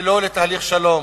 ולא לתהליך שלום.